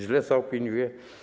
Źle zaopiniuje?